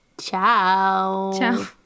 ciao